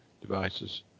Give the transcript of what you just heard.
devices